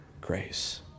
grace